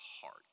heart